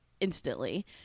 instantly